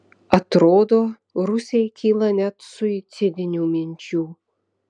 atrodo rusijai kyla net suicidinių minčių